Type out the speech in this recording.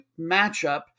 matchup